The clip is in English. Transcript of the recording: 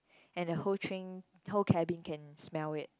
and the whole train whole cabin can smell it